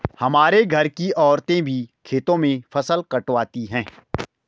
हमारे घर की औरतें भी खेतों में फसल कटवाती हैं